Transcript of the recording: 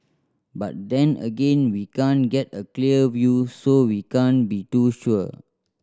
but then again we can't get a clear view so we can't be too sure